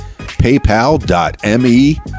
PayPal.me